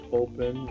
open